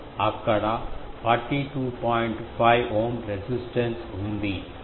5 ohm resistance ఉంది